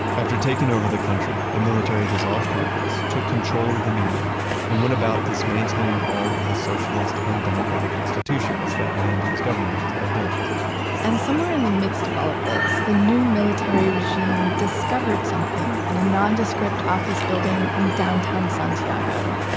after taking over the country, the military dissolved congress, took control of the media and went about dismantling all of the socialist and democratic institutions that allende's and government had built and somewhere in the midst of all of this, the new military regime discovered something in a nondescript office building in and downtown santiago.